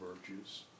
virtues